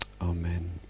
Amen